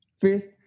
First